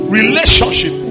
relationship